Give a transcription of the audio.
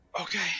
Okay